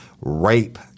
rape